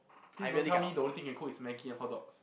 please don't tell me the only thing you cook is Maggi and hotdogs